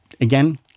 again